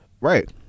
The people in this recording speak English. Right